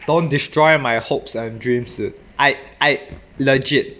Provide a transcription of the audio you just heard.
don't destroy my hopes and dreams dude I I legit